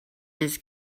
his